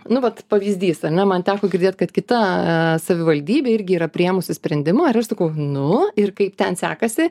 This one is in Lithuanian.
nu vat pavyzdys ar ne man teko girdėt kad kita e savivaldybė irgi yra priėmusi sprendimą ir aš sakau nu ir kaip ten sekasi